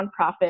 nonprofit